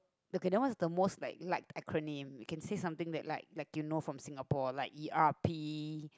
okay that one is the most like acronym you can say something that like you know from Singapore like E_R_P